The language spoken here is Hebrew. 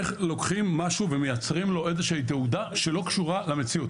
איך לוקחים משהו ומייצרים לו איזושהי תהודה שלא קשורה למציאות.